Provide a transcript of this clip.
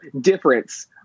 difference